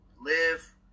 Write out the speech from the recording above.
Live